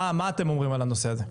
מה אתם אומרים על הנושא הזה?